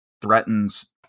threatens